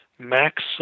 max